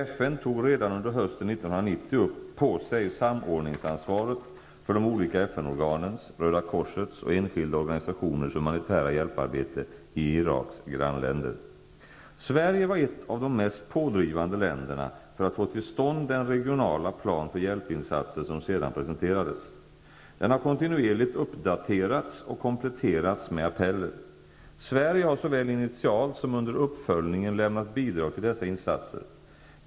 FN tog redan under hösten 1990 på sig samordningsansvaret för de olika FN-organens, Sverige var ett av de mest pådrivande länderna för att få till stånd den regionala plan för hjälpinsatser som sedan presenterades. Den har kontinuerligt uppdaterats och kompletterats med appeller. Sverige har såväl initialt som under uppföljningen lämnat bidrag till dessa insatser.